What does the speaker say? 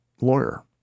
lawyer